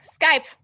Skype